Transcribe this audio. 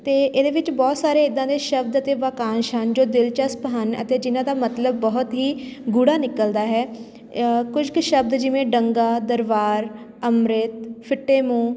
ਅਤੇ ਇਹਦੇ ਵਿੱਚ ਬਹੁਤ ਸਾਰੇ ਇੱਦਾਂ ਦੇ ਸ਼ਬਦ ਅਤੇ ਵਾਕਾਂਸ਼ ਹਨ ਜੋ ਦਿਲਚਸਪ ਹਨ ਅਤੇ ਜਿਨ੍ਹਾਂ ਦਾ ਮਤਲਬ ਬਹੁਤ ਹੀ ਗੂੜ੍ਹਾ ਨਿਕਲਦਾ ਹੈ ਕੁਝ ਕੁ ਸ਼ਬਦ ਜਿਵੇਂ ਡੰਗਾ ਦਰਬਾਰ ਅੰਮ੍ਰਿਤ ਫਿੱਟੇ ਮੂੰਹ